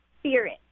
spirit